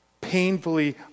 painfully